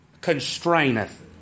constraineth